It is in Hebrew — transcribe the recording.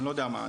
אני לא יודע מה,